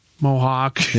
Mohawk